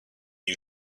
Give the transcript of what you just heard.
you